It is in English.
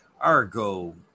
Argo